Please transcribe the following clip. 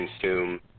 consume